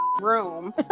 room